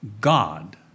God